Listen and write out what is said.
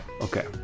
okay